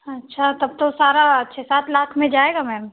अच्छा तब तो सारा छ सात लाख में जाएगा मैम